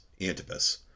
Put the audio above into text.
Antipas